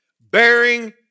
bearing